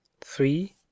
three